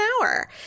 hour